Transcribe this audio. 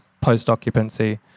post-occupancy